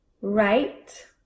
Right